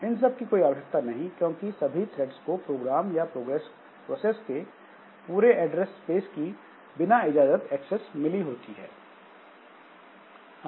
इन सब की कोई आवश्यकता नहीं क्योंकि सभी थ्रेड्स को प्रोग्राम या प्रोसेस के पूरे एड्रेस स्पेस की बिना इजाजत एक्सेस मिली होती है